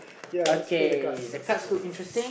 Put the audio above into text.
okay the cards look interesting